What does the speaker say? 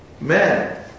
man